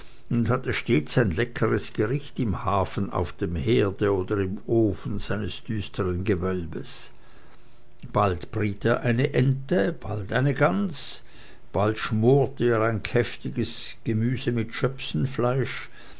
und hatte stets ein leckeres gericht im hafen auf dem herde oder im ofen seines düstern gewölbes bald briet er eine ente bald eine gans bald schmorte er ein kräftiges gemüse mit